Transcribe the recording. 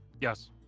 Yes